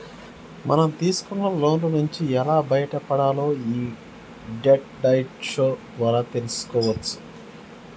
మనం తీసుకున్న లోన్ల నుంచి ఎలా బయటపడాలో యీ డెట్ డైట్ షో ద్వారా తెల్సుకోవచ్చు